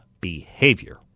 behavior